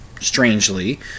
strangely